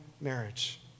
marriage